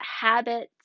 habits